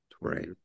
Right